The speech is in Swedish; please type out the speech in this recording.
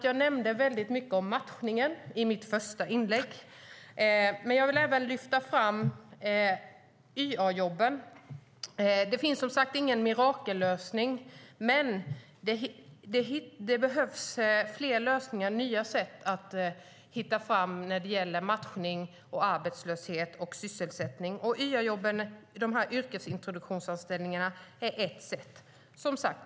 Jag nämnde mycket om matchningen i mitt första inlägg. Men jag vill även lyfta fram YA-jobben. Det finns ingen mirakellösning, men det behövs flera lösningar, nya sätt att hitta fram till när det gäller matchning, arbetslöshet och sysselsättning. YA-jobben - yrkesintroduktionsanställningarna - är ett sätt.